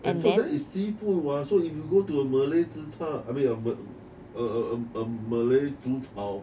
and so that is seafood what so if you go to a malay zhichar I mean a ma~ a a a malay 煮炒